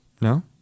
No